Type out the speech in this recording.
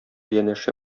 янәшә